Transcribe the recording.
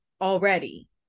already